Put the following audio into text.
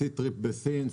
סטריט בסין.